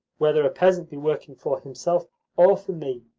whether a peasant be working for himself or for me,